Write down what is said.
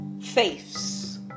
faiths